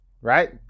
right